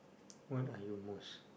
what are your most